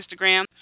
Instagram